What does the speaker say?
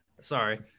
Sorry